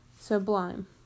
Sublime